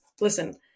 listen